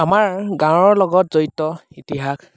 আমাৰ গাঁৱৰ লগত জড়িত ইতিহাস